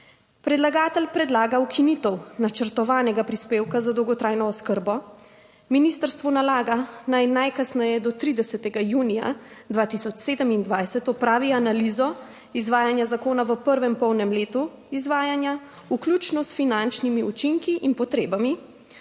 Predlagatelj predlaga ukinitev načrtovanega prispevka za dolgotrajno oskrbo. Ministrstvu nalaga, naj najkasneje do 30. junija 2027 opravi analizo izvajanja zakona v prvem polnem letu izvajanja, vključno s finančnimi učinki in potrebami.